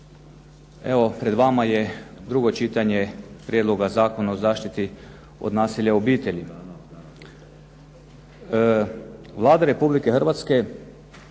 Evo pred vama je drugo čitanje prijedloga Zakona o zaštiti od nasilja u obitelji. Vlada Republike Hrvatske